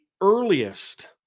earliest